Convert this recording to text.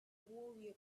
warrior